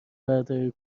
برداری